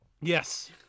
yes